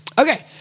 Okay